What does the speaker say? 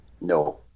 No